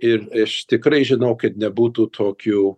ir iš tikrai žinokit nebūtų tokių